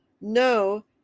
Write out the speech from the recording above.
no